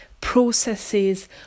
processes